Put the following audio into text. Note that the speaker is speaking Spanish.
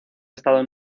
estado